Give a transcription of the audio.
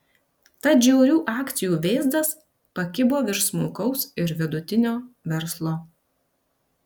tad žiaurių akcijų vėzdas pakibo virš smulkaus ir vidutinio verslo